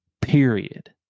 period